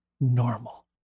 normal